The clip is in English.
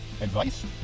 advice